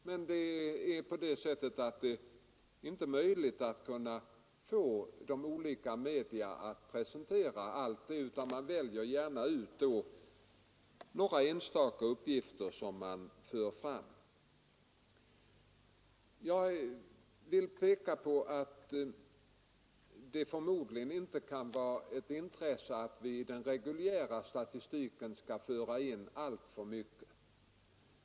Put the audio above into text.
Men det är inte möjligt att få olika medier att presentera allt. Man väljer där gärna ut enstaka uppgifter och ger utrymme åt dem. Vidare vill jag peka på att det förmodligen inte är ett intresse att i den reguljära statistiken ta med alltför mycket.